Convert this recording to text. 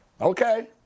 okay